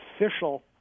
official